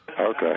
Okay